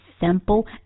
simple